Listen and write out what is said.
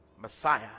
Messiah